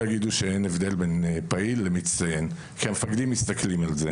יגידו שאין הבדל בין פעיל למצטיין כי המפקדים מסתכלים על זה,